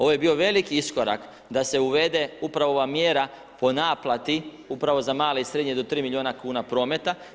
Ovo je bio veliki iskorak da se uvede upravo ova mjera po naplati upravo za male i srednje do 3 milijuna kuna prometa.